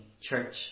church